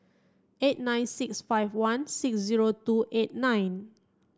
eight nine six five one six zero two eight nine